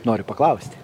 nori paklausti